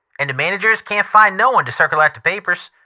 an' de man'gers can't find no one to cirkelate de papers.